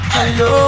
Hello